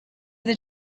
that